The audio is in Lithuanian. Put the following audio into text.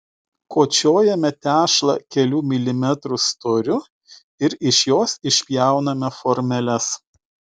kočiojame tešlą kelių milimetrų storiu ir iš jos išpjauname formeles